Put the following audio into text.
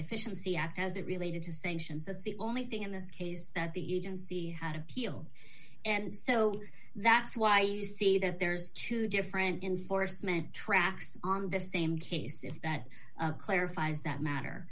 deficiency act as it related to sanctions is the only thing in this case that the agency had appealed and so that's why you see that there's two different inforce meant tracks on the same case if that clarifies that matter